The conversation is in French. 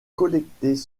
collectés